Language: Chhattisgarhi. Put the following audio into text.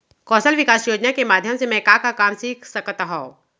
कौशल विकास योजना के माधयम से मैं का का काम सीख सकत हव?